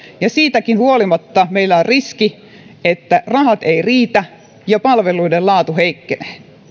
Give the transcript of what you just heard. niin siitäkin huolimatta meillä on riski että rahat eivät riitä ja palveluiden laatu heikkenee